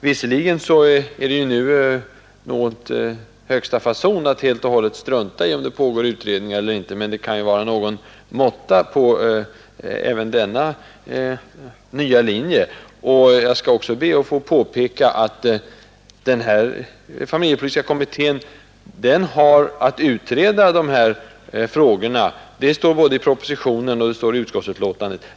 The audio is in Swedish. Visserligen är det nu högsta fason att helt och hållet strunta i om det pågår utredningar eller inte, men det bör vara någon måtta även med att följa denna nya linje. Familjepolitiska kommittén har i uppdrag att utreda dessa frågor. Det framhålles både i propositionen och i utskottsbetänkandet.